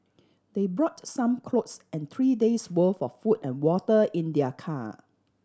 they brought some clothes and three days' worth of food and water in their car